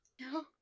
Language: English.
No